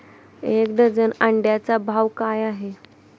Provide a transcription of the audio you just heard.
एक डझन अंड्यांचा भाव काय आहे?